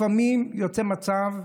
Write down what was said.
לפעמים יוצא מצב,